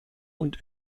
und